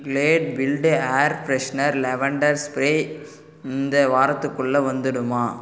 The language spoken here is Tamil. Glade wild air freshener lavender spray இந்த வாரத்துக்குள்ளே வந்துவிடுமா